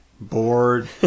bored